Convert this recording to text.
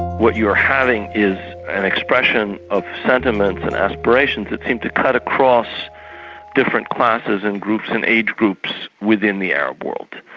what you're having is an expression of sentiments and aspirations that seem to cut across different classes and groups and age groups within the arab world.